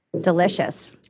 Delicious